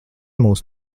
mūs